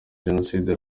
jenoside